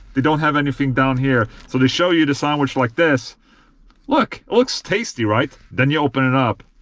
they don't have anything down here, so they show you the sandwich like this look, it looks tasty, right? then you open it up.